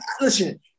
listen